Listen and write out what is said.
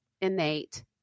innate